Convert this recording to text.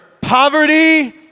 poverty